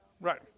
Right